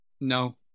No